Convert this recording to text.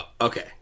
Okay